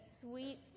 sweet